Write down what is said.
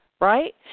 right